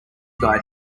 guy